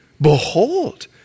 Behold